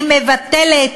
היא מבטלת